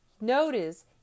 Notice